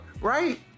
right